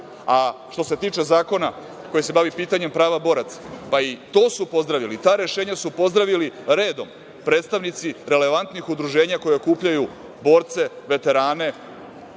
dana. Što se tiče zakona koji se tiče pitanja prava boraca, pa i to su pozdravili, ta rešenja su pozdravili redom predstavnici relevantnih udruženja koja okupljaju borce, veterane